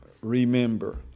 remember